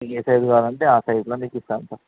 మీకు ఏ సైజు కావాలంటే ఆ సైజులో మీకు ఇస్తాం సార్